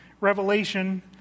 Revelation